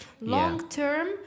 Long-term